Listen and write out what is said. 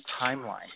timeline